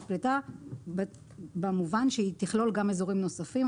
פלטה במובן שהיא תכלול גם אזורים נוספים,